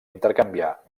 intercanviar